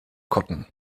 cotton